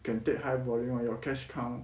can take high volume on your cash cow